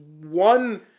one